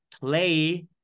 play